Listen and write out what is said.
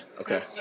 Okay